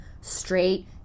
straight